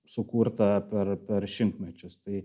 sukurta per per šimtmečius tai